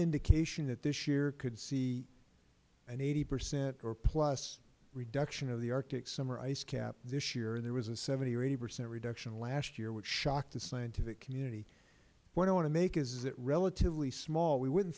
indication that this year could see an eighty percent or plus reduction of the arctic summer ice cap this year and there was a seventy or eighty percent reduction last year which shocked the scientific community the point i want to make is that relatively small we wouldn't